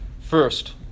First